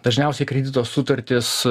dažniausiai kredito sutartis